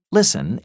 Listen